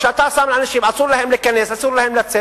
כשאתה שם אנשים ואסור להם להיכנס ואסור להם לצאת,